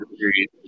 Agreed